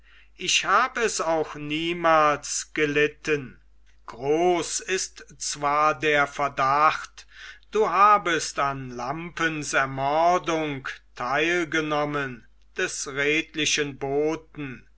ich hab es auch niemals gelitten groß ist zwar der verdacht du habest an lampens ermordung teilgenommen des redlichen boten